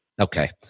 Okay